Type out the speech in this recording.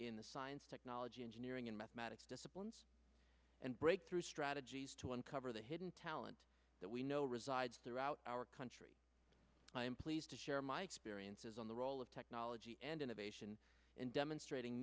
in the science technology engineering and mathematics disciplines and breakthrough strategies to uncover the hidden talent that we know resides throughout our country i am pleased to share my experiences on the role of technology and